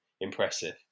impressive